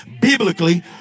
biblically